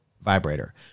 vibrator